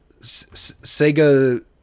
Sega